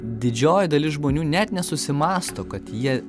didžioji dalis žmonių net nesusimąsto kad jie